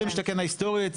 מחיר למשתכן ההיסטורית,